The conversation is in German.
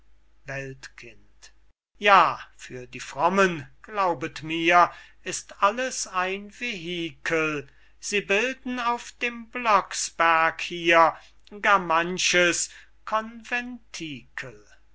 weltkind ja für die frommen glaubet mir ist alles ein vehikel sie bilden auf dem blocksberg hier gar manches